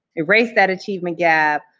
erase that achievement gap,